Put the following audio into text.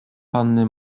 panny